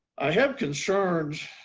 i have concerns